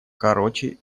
короче